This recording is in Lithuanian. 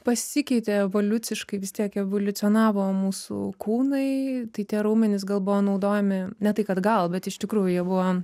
pasikeitė evoliuciškai vis tiek evoliucionavo mūsų kūnai tai tie raumenys gal buvo naudojami ne tai kad gal bet iš tikrųjų jie buvo